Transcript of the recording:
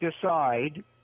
decide—